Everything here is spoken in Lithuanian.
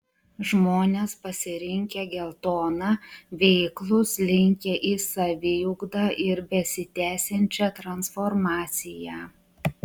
žmones pasirinkę geltoną veiklūs linkę į saviugdą ir besitęsiančią transformaciją